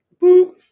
Boop